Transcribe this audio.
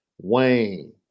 Wayne